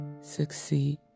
succeed